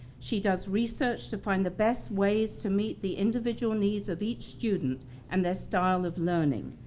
she does research to find the best ways to meet the individual needs of each student and their style of learning.